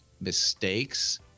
mistakes